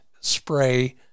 spray